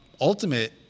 Ultimate